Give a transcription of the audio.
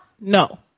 No